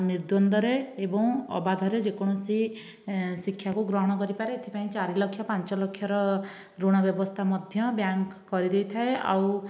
ନିର୍ଦ୍ୱନ୍ଦରେ ଏବଂ ଅବାଧରେ ଯେକୌଣସି ଶିକ୍ଷାକୁ ଗ୍ରହଣ କରିପାରେ ଏଥିପାଇଁ ଚାରିଲକ୍ଷ ପାଞ୍ଚଲକ୍ଷର ଋଣ ବ୍ୟବସ୍ଥା ମଧ୍ୟ ବ୍ୟାଙ୍କ କରିଦେଇଥାଏ ଆଉ